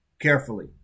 carefully